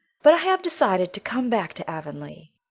but i have decided to come back to avonlea.